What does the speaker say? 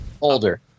Older